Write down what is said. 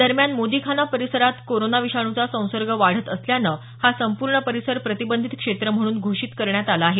दरम्यान मोदीखाना परिसरात कोरोना विषाणूचा संसर्ग वाढत असल्यानं हा संपूर्ण परिसर प्रतिबंधित क्षेत्र म्हणून घोषित करण्यात आला आहे